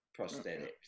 prosthetics